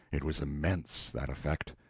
it was immense that effect!